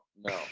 no